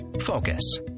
focus